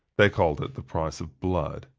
they called it the price of blood.